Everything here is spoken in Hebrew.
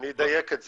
אני אדייק את זה.